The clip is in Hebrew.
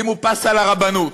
שימו פס על הרבנות,